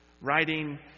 writing